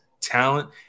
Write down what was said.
talent